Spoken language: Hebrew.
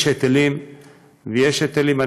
יש היטלים ויש היטלים.